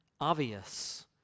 obvious